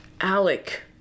alec